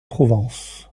provence